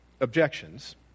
objections